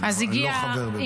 אני לא חבר בוועדה.